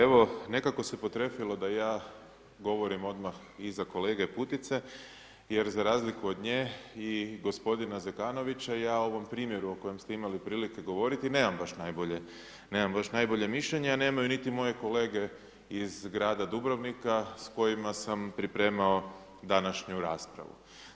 Pa evo, nekako se potrefilo da ja govorim odmah iza kolege Putice jer za razliku od nje i gospodina Zekanovića, ja o ovom primjeru o kojem ste imali prilike govoriti, nemam baš najbolje mišljenje a nemaju niti moje kolege iz grada Dubrovnika sa kojima sam pripremao današnju raspravu.